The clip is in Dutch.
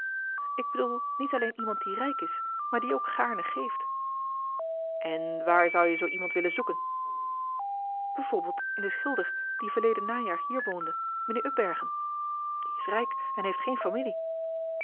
ik bedoel niet alleen iemand die rijk is maar die ook gaarne geeft en waar zou je zoo'n iemand willen zoeken bijvoorbeeld in den schilder die verleden najaar hier woonde mijnheer upbergen die is rijk en heeft geen familie